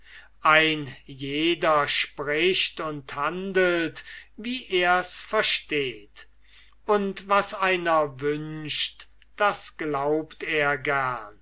ein jeder spricht und handelt wie ers versteht und was einer wünscht das glaubt er